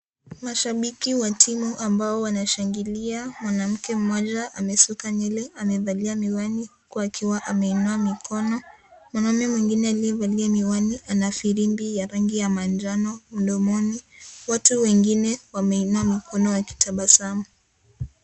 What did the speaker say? Washabiki ambao wanashangilia mwanamke mmoja ambaye amesuka nywele, amevalia miwani, huku akiwa ameinua mikono. Mwanamme mwingine aliyevalia miwani ana firimbi ya rangi ya njano mdomoni. Watu wengine wameinua mikono wakitabasamu.